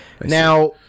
Now